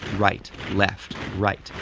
right, left, right,